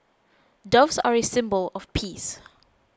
doves are a symbol of peace